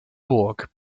burg